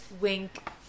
Wink